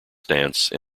stance